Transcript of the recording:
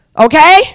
Okay